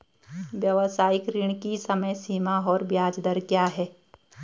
व्यावसायिक ऋण की समय सीमा और ब्याज दर क्या है?